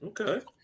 Okay